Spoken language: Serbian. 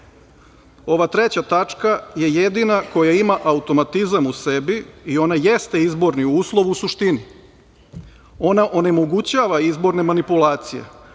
„Ova 3. tačka je jedina koja ima automatizam u sebi i ona jeste izborni uslov u suštini. Ona onemogućava izborne manipulacije.